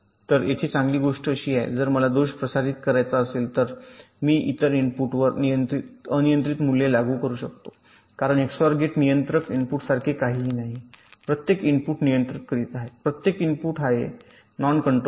तर येथे चांगली गोष्ट अशी आहे जर मला हा दोष प्रसारित करायचा असेल तर मी इतर इनपुटवर अनियंत्रित मूल्ये लागू करू शकतो कारण एक्सओआर गेट नियंत्रक इनपुटसारखे काहीही नाही प्रत्येक इनपुट नियंत्रित करीत आहे प्रत्येक इनपुट आहे नॉन कंट्रोलिंग